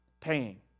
paying